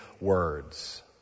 words